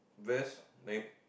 vest